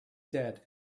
dead